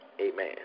Amen